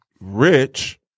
rich